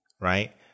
right